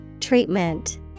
Treatment